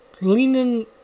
leaning